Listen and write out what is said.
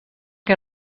que